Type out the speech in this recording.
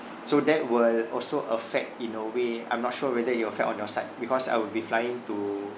so that will also affect in a way I'm not sure whether it'll affect on your side because I would be flying to